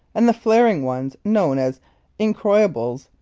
and the flaring ones known as incroyables,